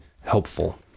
helpful